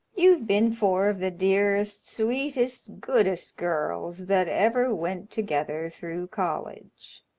you've been four of the dearest, sweetest, goodest girls that ever went together through college,